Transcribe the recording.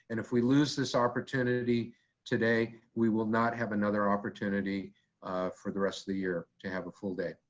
and if we lose this opportunity today, we will not have another opportunity for the rest of the year to have a full day.